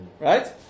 Right